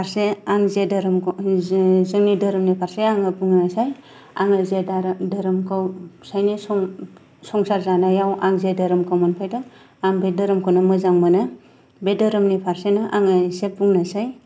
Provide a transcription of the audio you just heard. फारसे आं जे धोरोमखौ जोंनि धोरोमनि फारसे आङो बुंनोसै आङो जे धोरोमखौ फिसायजों संसार जानायाव आं जे धोरोमखौ मोनफैदों आं बे धोरोमखौनो मोजां मोनो बे धोरोमनि फारसेनो आङो एसे बुंनोसै